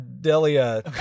Delia